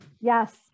Yes